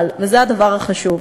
אבל, וזה הדבר החשוב,